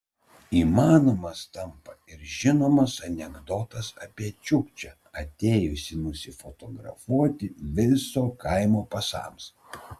įmanomas tampa ir žinomas anekdotas apie čiukčią atėjusį nusifotografuoti viso kaimo pasams